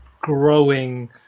growing